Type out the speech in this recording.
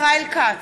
נגד ישראל כץ,